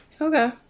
Okay